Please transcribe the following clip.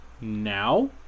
now